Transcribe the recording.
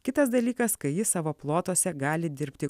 kitas dalykas kai jis savo plotuose gali dirbti